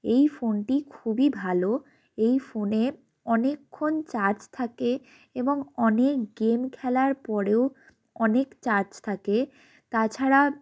এই ফোনটি খুবই ভালো এই ফোনে অনেকক্ষণ চার্জ থাকে এবং অনেক গেম খেলার পরেও অনেক চার্জ থাকে তাছাড়া